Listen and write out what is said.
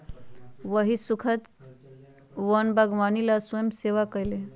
वही स्खुद के वन बागवानी ला स्वयंसेवा कई लय